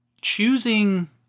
choosing